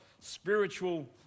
spiritual